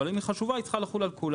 אבל אם היא חשובה היא צריכה לחול על כולם.